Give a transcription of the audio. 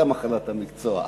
זו מחלת המקצוע,